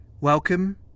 Welcome